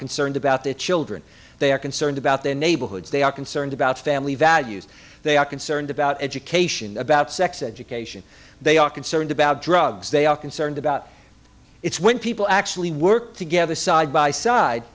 concerned about their children they are concerned about their neighborhoods they are concerned about family values they are concerned about education about sex education they are concerned about drugs they are concerned about it's when people actually work together side by side